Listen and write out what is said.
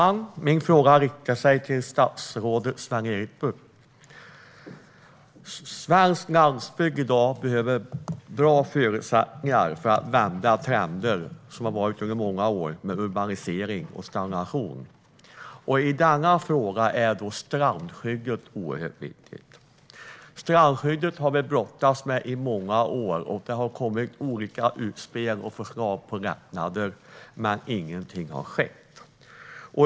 Herr talman! Jag vill rikta min fråga till statsrådet Sven-Erik Bucht. Svensk landsbygd behöver i dag bra förutsättningar för att vända trender med urbanisering och stagnation, vilket har pågått under många år. I detta är strandskyddet viktigt. Vi har i många år brottats med frågan om strandskyddet. Det har kommit olika utspel om och förslag på lättnader, men ingenting har skett.